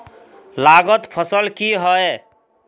लागत फसल की होय?